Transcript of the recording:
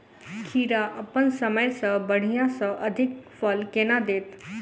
खीरा अप्पन समय सँ बढ़िया आ अधिक फल केना देत?